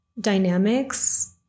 dynamics